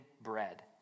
bread